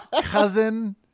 cousin